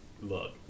Look